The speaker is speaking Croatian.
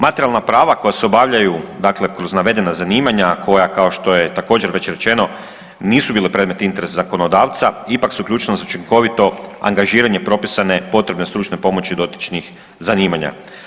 Materijalna prava koja se obavljaju dakle kroz navedena zanimanja, koja, kao što je također, već rečeno, nisu bile predmet interesa zakonodavca, ipak su ključne za učinkovito angažiranje propisane potrebne stručne pomoći dotičnih zanimanja.